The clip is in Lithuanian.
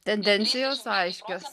tendencijos aiškios